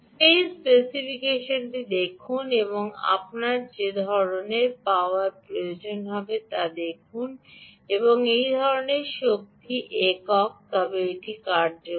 সেই স্পেসিফিকেশনটি দেখুন এবং আপনার যে ধরণের পাওয়ার প্রয়োজন হবে তা দেখুন এবং এই ধরণের শক্তি একক তবে এটি কার্যক্ষম